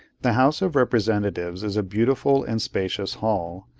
the house of representatives is a beautiful and spacious hall,